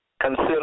consider